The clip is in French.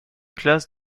classe